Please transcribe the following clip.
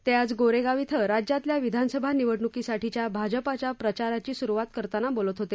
ते आज गोरेगाव इथं राज्यातल्या विधानसभा निवडणुकीसाठी भाजपाच्या प्रचाराची सुरुवात करताना बोलत होते